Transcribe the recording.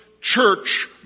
Church